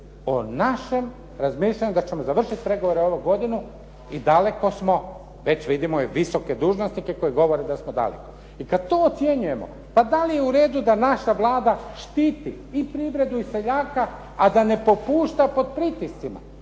o našem razmišljanju da ćemo završiti pregovore ovu godinu i daleko smo, već vidim ove visoke dužnosnike koji govore da smo daleko. I kad to ocjenjujemo pa da li je u redu da naša Vlada štiti i privredu i seljaka a da ne popušta pod pritiscima